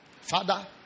Father